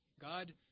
God